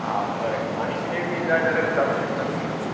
आं बरें आनीक कितेंय बीन जाय जाल्यार विचारूंक शकतात तुमी